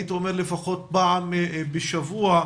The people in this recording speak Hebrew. הייתי אומר לפחות פעם בשבוע.